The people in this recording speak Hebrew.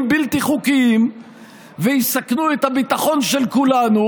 בלתי חוקיים ויסכנו את הביטחון של כולנו,